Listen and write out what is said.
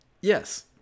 Yes